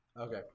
Okay